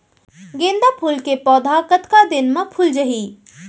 गेंदा फूल के पौधा कतका दिन मा फुल जाही?